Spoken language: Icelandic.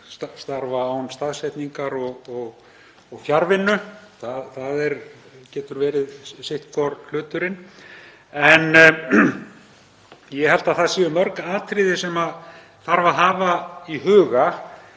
starfa án staðsetningar og fjarvinnu. Það getur verið sitthvor hluturinn. En ég held að það séu mörg atriði sem þarf að hafa í huga